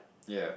ya